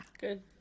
good